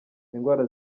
indwara